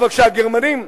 אבל כשהגרמנים,